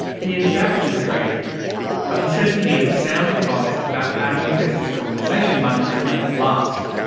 he had dabbled in trading but he says he needed sound advice about how to invest his compensation money to make it last.